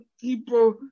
people